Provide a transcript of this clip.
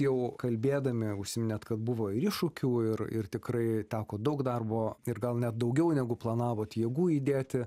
jau kalbėdami užsiminėt kad buvo ir iššūkių ir ir tikrai teko daug darbo ir gal net daugiau negu planavot jėgų įdėti